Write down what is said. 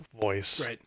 voice